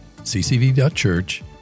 ccv.church